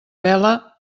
bela